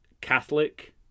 Catholic